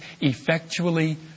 effectually